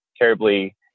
terribly